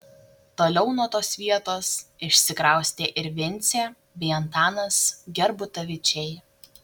toliau nuo tos vietos išsikraustė ir vincė bei antanas gerbutavičiai